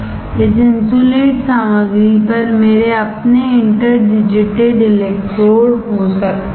इस इन्सुलेट सामग्री पर मेरे अपने इंटर डिजिटेड इलेक्ट्रोड हो सकते है